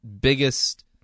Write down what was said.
biggest